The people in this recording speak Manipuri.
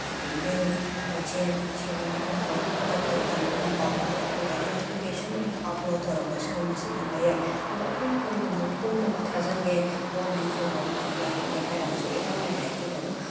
ꯑꯗꯒꯤ ꯕꯤꯜ ꯕꯗꯖꯦꯠ ꯁꯦꯂꯔꯤꯒꯨꯝꯕ ꯈꯨꯗꯛꯇ ꯎꯍꯟꯕ ꯉꯝꯕ ꯑꯗꯨꯒ ꯅꯣꯇꯤꯐꯤꯀꯦꯁꯟ ꯑꯣꯏꯅ ꯑꯞꯂꯣꯗ ꯇꯧꯔꯛꯄ ꯑꯁꯤꯒꯨꯝꯕꯁꯦ ꯄꯟꯕ ꯌꯥꯏ ꯑꯗꯨꯒ ꯑꯩꯈꯣꯏꯅ ꯀꯔꯤꯒꯨꯝꯕ ꯐꯣꯝ ꯑꯃ ꯊꯥꯖꯤꯟꯒꯦ ꯒꯣꯃꯦꯟꯠ ꯖꯣꯕ ꯑꯃ ꯑꯦꯄ꯭ꯂꯥꯏ ꯇꯧꯒꯦ ꯍꯥꯏꯕꯗ ꯏꯔꯥꯏ ꯂꯥꯏꯅ ꯑꯩꯈꯣꯏꯗ ꯑꯗꯨꯝ